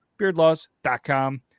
beardlaws.com